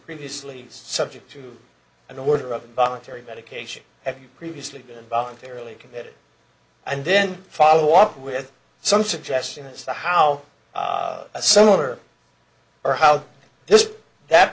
previously subject to an order of involuntary medication have previously been voluntary only committed and then follow up with some suggestion as to how a similar or how this that